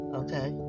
okay